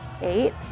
Eight